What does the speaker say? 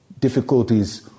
difficulties